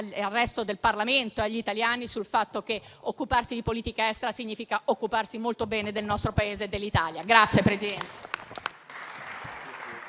al resto del Parlamento e agli italiani sul fatto che occuparsi di politica estera significa occuparsi molto bene del nostro Paese, l'Italia.